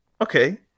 Okay